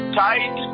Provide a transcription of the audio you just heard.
tight